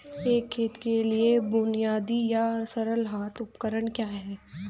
एक खेत के लिए बुनियादी या सरल हाथ उपकरण क्या हैं?